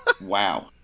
Wow